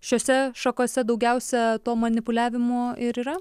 šiose šakose daugiausiai to manipuliavimo ir yra